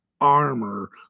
armor